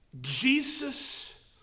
Jesus